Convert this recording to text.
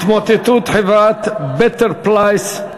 הנושא הבא: התמוטטות חברת "בטר פלייס"